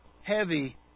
heavy